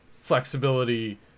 flexibility